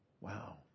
Wow